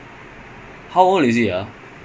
like that guy